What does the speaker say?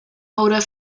holder